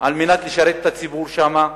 על מנת לשרת את הציבור שם,